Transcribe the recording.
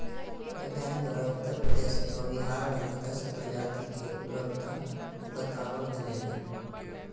वैज्ञानिक द्वारा उत्तर प्रदेश व बिहार में मत्स्य प्रजाति के उपलब्धता बताबल गले हें